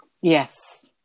yes